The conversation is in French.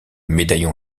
médaillon